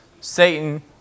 Satan